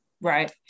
Right